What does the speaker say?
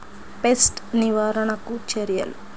Pest నివారణకు చర్యలు?